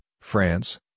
France